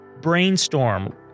Brainstorm